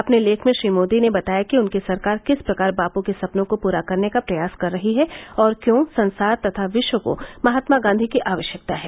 अपने लेख में श्री मोदी ने बताया कि उनकी सरकार किस प्रकार बापू के सपनों को पूरा करने का प्रयास कर रही है और क्यों संसार तथा विश्व को महात्मा गांधी की आवश्यकता है